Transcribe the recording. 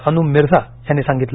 अनुम मिर्झा यांनी सांगितलं